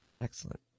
Excellent